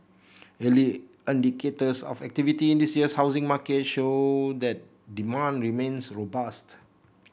early indicators of activity in this year's housing market show that demand remains robust